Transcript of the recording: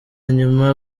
nyuma